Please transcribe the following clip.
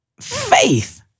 faith